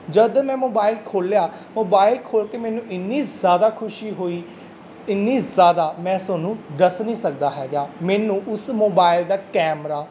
ਜਦੋਂ ਮੈਂ ਮੋਬਾਈਲ ਖੋਲ੍ਹਿਆ ਮੋਬਾਈਲ ਖੋਲ੍ਹ ਕੇ ਮੈਨੂੰ ਇੰਨੀ ਜ਼ਿਆਦਾ ਖੁਸ਼ੀ ਹੋਈ ਇੰਨੀ ਜ਼ਿਆਦਾ ਮੈਂ ਤੁਹਾਨੂੰ ਦੱਸ ਨਹੀਂ ਸਕਦਾ ਹੈਗਾ ਮੈਨੂੰ ਉਸ ਮੋਬਾਇਲ ਦਾ ਕੈਮਰਾ